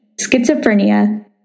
schizophrenia